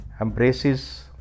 embraces